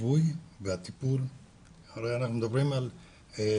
למה אנחנו צריכים להסיע אותם,